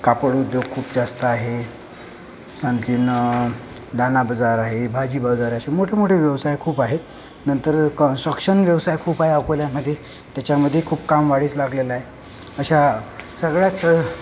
कापड उद्योग खूप जास्त आहे आणखीन दाणा बाजार आहे भाजी बाजार आहे असे मोठेमोठे व्यवसाय खूप आहेत नंतर कन्स्ट्रक्शन व्यवसाय खूप आहे अकोल्यामध्ये त्याच्यामध्ये खूप काम वाढीस लागलेलं आहे अशा सगळ्याच